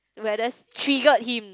where let's triggered him